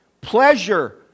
Pleasure